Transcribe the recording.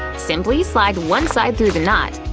simply slide one side through the knot.